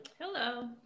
Hello